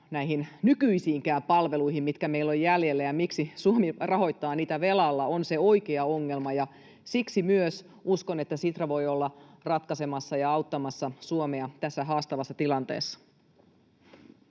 näihin nykyisiinkään palveluihin, mitkä meillä on jäljellä, ja miksi Suomi rahoittaa niitä velalla, on se oikea ongelma, ja siksi myös uskon, että Sitra voi olla ratkaisemassa sitä ja auttamassa Suomea tässä haastavassa tilanteessa.